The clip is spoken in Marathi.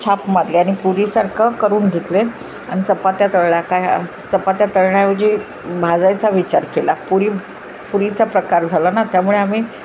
छाप मारले आनि पुरीसारखं करून घेतले आणि चपात्या तळल्या काय चपात्या तळण्याऐवजी भाजायचा विचार केला पुरी पुरीचा प्रकार झाला ना त्यामुळे आम्ही